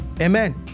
amen